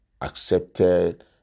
accepted